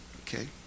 Okay